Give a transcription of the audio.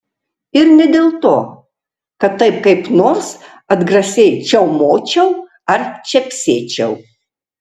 ir ne dėl to kad kaip nors atgrasiai čiaumočiau ar čepsėčiau